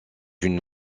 une